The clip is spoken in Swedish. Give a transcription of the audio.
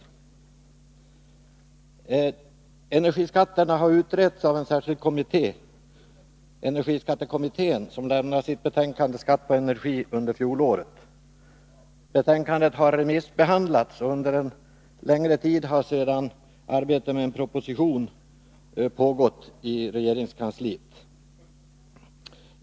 Frågan om energiskatterna har utretts av en särskild kommitté, energiskattekommittén, som lämnade sitt betänkande Skatt på energi förra året. Betänkandet har remissbehandlats. Under en längre tid har sedan arbetet med en proposition pågått i regeringskansliet.